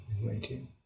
Waiting